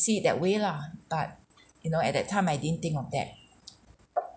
see it that way lah but you know at that time I didn't think of that